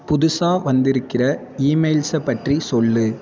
புதுசாக வந்திருக்கிற ஈமெயில்ஸை பற்றி சொல்